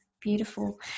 Beautiful